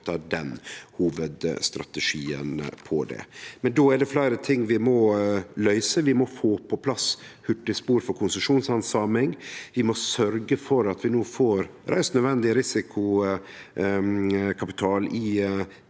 den hovudstrategien. Men då er det fleire ting vi må løyse. Vi må få på plass hurtigspor for konsesjonshandsaming. Vi må sørgje for at vi får reist nødvendig risikokapital i